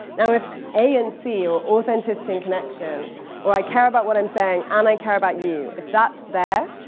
now, if a and c are authenticity and connection, or i care about what i'm saying and i care about you, if that's there,